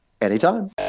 Anytime